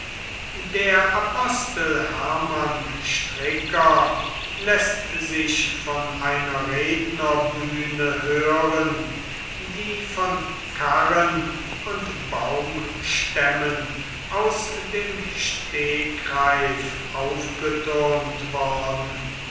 der apostel hermann stricker läßt sich von einer rednerbühne hören die von karren und baumstämmen aus dem stegreif aufgethürmt worden